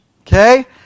Okay